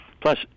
plus